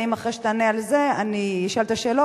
האם אחרי שתענה על זה אני אשאל את השאלות,